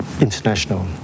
international